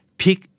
pick